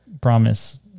promise